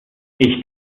ich